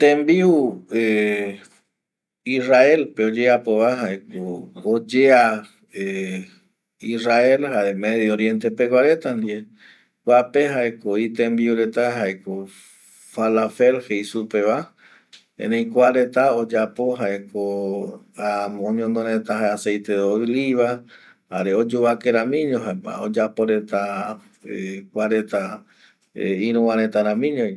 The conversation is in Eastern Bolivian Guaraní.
Tembiu Israel pe oyeaoi va jaeco oyea israel pegua medio oriente pegua reta ndie kuape jae co itembiu reta jaeco palagel jei supe va, erei kua reta oyapo oñono je reta aceite de olivo jei supe jaema oyovaqueño, iru reta rami ño